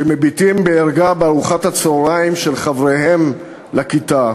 שמביטים בערגה בארוחת הצהריים של חבריהם לכיתה,